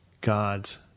God's